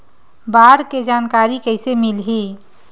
बाढ़ के जानकारी कइसे मिलही?